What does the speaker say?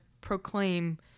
proclaim